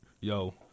yo